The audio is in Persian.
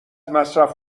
مصرف